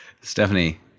Stephanie